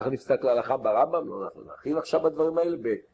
אנחנו נפתח להלכה ברמב״ם, אנחנו נאכיל עכשיו את הדברים האלה ב...